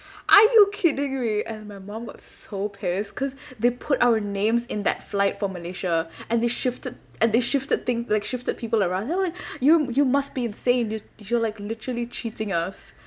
are you kidding me and my mom got so pissed because they put our names in that flight for malaysia and they shifted and they shifted thing like shifted people around then I'm like you you must be insane you you're like literally cheating us